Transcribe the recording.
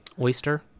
oyster